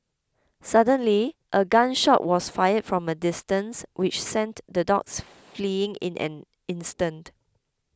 suddenly a gun shot was fired from a distance which sent the dogs fleeing in an instant